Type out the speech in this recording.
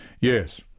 Yes